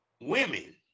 Women